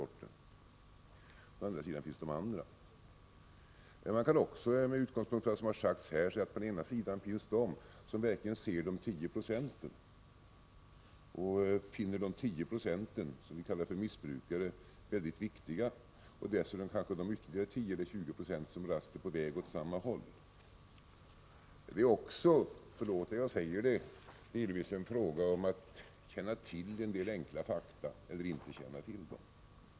På den andra sidan finns de övriga. Med utgångspunkt i vad som har sagts här kan man också säga att på den förstnämnda sidan finns de som verkligen ser till de 10 procenten och finner dessa, som vi kallar för missbrukare, väldigt viktiga, liksom kanske också de ytterligare 10 eller 20 96 som raskt är på väg åt samma håll. Det är också — förlåt att jag säger det — delvis en fråga om att känna till en del enkla fakta eller att inte göra det.